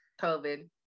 COVID